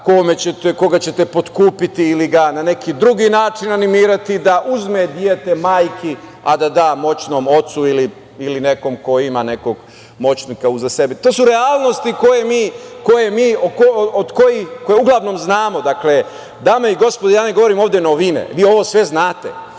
koga ćete potkupiti ili ga na neki drugi način animirati da uzme dete majki, a da da moćnom ocu ili nekom ko ima nekog moćnika uza sebe. To su realnosti koje uglavnom znamo. Dakle, dame i gospodo, ja ne govorim ovde novine, vi ovo sve znate.